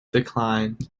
declined